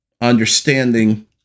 Understanding